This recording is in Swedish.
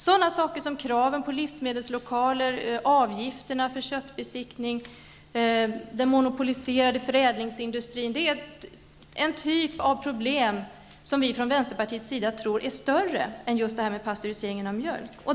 Sådana saker som kraven på livsmedelslokaler, avgifterna för köttbesiktning, den monopoliserade förädlingsindustrin -- det är en typ av problem som vi från vänsterpartiets sida tror är större än just detta med pastöriseringen av mjölk.